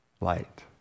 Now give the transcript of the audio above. light